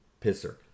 pisser